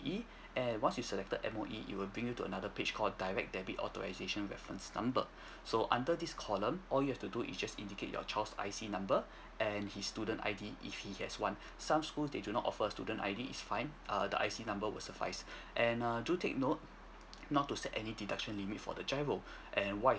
and once you selected M_O_E it will bring you to another page called a direct debit authorisation reference number so under this column all you have to do is you just indicate your child I_C number and his student I_D if he gets one some school they do not offer a student I_D is fine err the I_C number would suffice and err do take note not to set any deduction limit for the giro and why